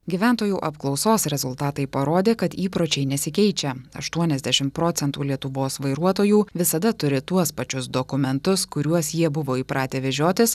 gyventojų apklausos rezultatai parodė kad įpročiai nesikeičia aštuoniasdešim procentų lietuvos vairuotojų visada turi tuos pačius dokumentus kuriuos jie buvo įpratę vežiotis